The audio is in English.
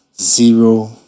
zero